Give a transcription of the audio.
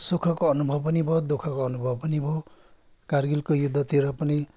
सुखको अनुभव पनि भयो दुःखको अनुभव पनि भयो कारगिलको युद्धतिर पनि